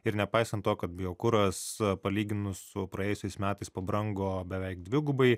ir nepaisant to kad biokuras palyginus su praėjusiais metais pabrango beveik dvigubai